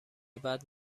بعد